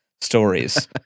stories